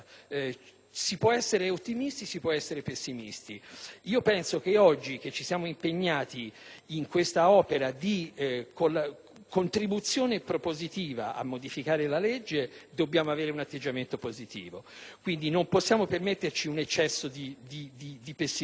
si può essere ottimisti, si può essere pessimisti. Io penso che oggi che ci siamo impegnati in quest'opera di contribuzione propositiva a modificare la legge dobbiamo avere un atteggiamento positivo, quindi non possiamo permetterci un eccesso di pessimismo;